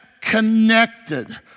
connected